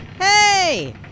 Hey